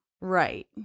right